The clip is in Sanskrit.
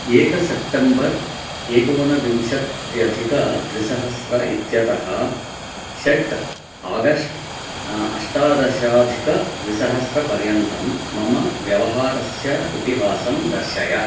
एक सप्टेम्बर् एकोनविंश्त्यधिक द्वीसहस्र इत्यतः षट् आगस्ट् अष्टदशाधिकद्विसहस्रपर्यन्तं मम व्यवहारस्य इतिहासं दर्शय